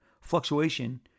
fluctuation